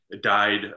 died